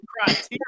criteria